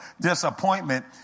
disappointment